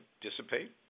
dissipate